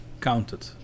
counted